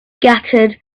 scattered